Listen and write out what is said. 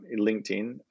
LinkedIn